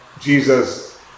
Jesus